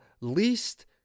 least